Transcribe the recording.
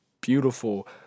beautiful